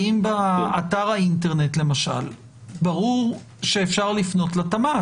האם באתר האינטרנט, למשל, ברור שאפשר לפנות לתמ"ת?